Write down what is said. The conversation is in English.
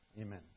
Amen